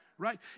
right